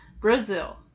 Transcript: Brazil